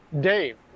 Dave